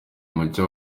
mucyo